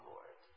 Lord